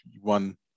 one